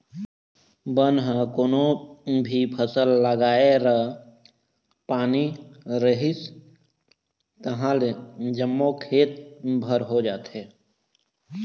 बन ह कोनो भी फसल लगाए र पानी परिस तहाँले जम्मो खेत भर हो जाथे